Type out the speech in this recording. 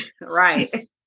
Right